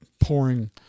pouring